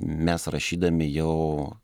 mes rašydami jau